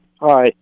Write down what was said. Hi